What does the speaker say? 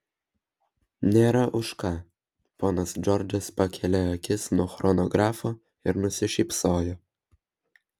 nėra už ką ponas džordžas pakėlė akis nuo chronografo ir nusišypsojo